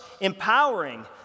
empowering